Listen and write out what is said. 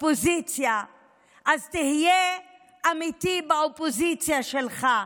האופוזיציה אז תהיה אמיתי באופוזיציה שלך.